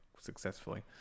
successfully